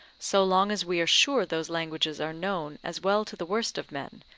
so long as we are sure those languages are known as well to the worst of men,